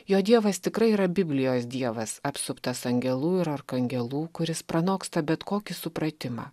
jo dievas tikrai yra biblijos dievas apsuptas angelų ir arkangelų kuris pranoksta bet kokį supratimą